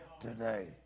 today